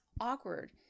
awkward